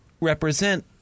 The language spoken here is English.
represent